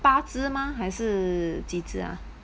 八只吗还是几只啊